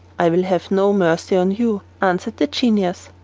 i will have no mercy on you, answered the genius.